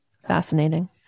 fascinating